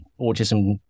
autism